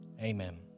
Amen